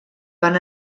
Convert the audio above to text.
van